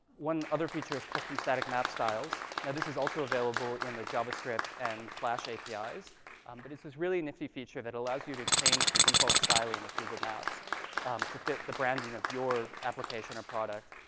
one other feature is custom static map styles. now, this is also available in the javascript and flash apis. but it's this really nifty feature that allows you to change the default styling of google maps to fit the branding of your application or product,